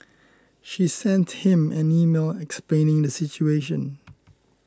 she sent him an email explaining the situation